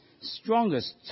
strongest